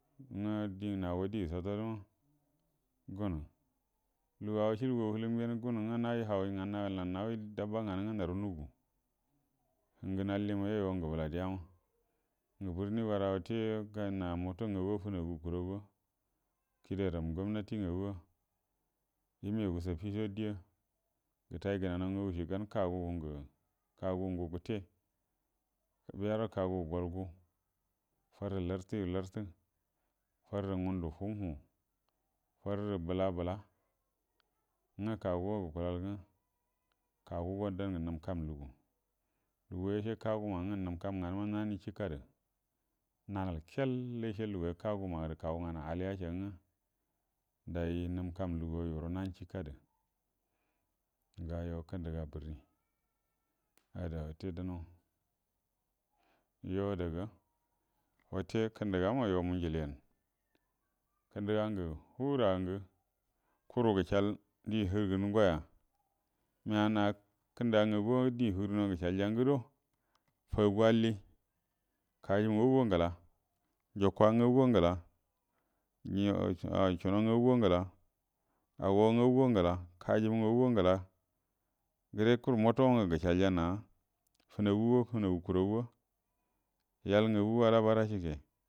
Ngwə nago die sosotəma gunə lugu acəlbu gagu əlem gyen gunu ngə nal nawie ngagu gnə naru nugu nəm alliyən yuo yu mgə bəla dəgamu ngə birni guəran na mota gagu fənagu kura guwa, kuda ram gumnati gaguwa yəməyagu sabico dieya, gətay gənano ngagucie gan kagu gu gətə, biyaro kagu gol gu, farrə lartə rətartə, farrə gundu fu’u muu, farrə bəla bəla ngwə kagu kagu gukukal ngwə, kagu go dan ngə nəm kam lugu, lugu yace, kaguma ngwə nəm kam lugu, lugu yace, kaguma ngwə nəm kam nganə nanie cəka də, nalan kel luguə yace kaguma gərə, kaguə nganə algə, diey nəm kam lugu’a yuəguəro nan cəkadə, ga yuo kəndaga bərni ada ga wate damma yua ada ga wate kandəga ma yuəmo jilieyəm, kəndəga ngə fuəngərə kuruə ngəcəul ndie ngə fuəngəra kuruə ngəcəal ndie həgərənie guoya məaga na kəndaga ngagu’a ndie nəgərənie guəro nəcəaljaguəro fa’agua’ allie, kajumilə ngagu ngəla, njuaka ngaguə ga ngəla, yuo cuəno ngaguə go ngala agogo ngaguə ngala kajimu ngaguə ngala, gəre kuru moto mangə gəcəaləa na fənaga go fənagu kuragu’a yal ngagu go ala barga jəkə.